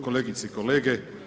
Kolegice i kolege.